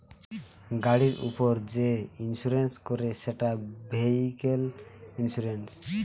গাড়ির উপর যে ইন্সুরেন্স করে সেটা ভেহিক্যাল ইন্সুরেন্স